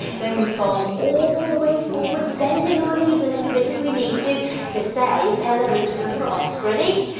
then we fold all the way forwards bending our knees a little bit if we need to to say hello to the frost. ready?